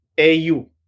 AU